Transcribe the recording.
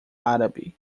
árabe